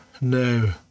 No